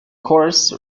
coarse